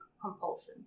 compulsion